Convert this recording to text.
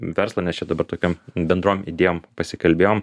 verslą nes čia dabar tokiom bendrom idėjom pasikalbėjom